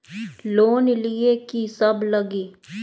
Loan लिए की सब लगी?